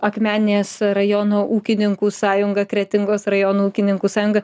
akmenės rajono ūkininkų sąjunga kretingos rajono ūkininkų sąjunga